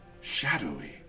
shadowy